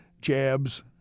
jabs